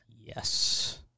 Yes